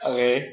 Okay